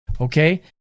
Okay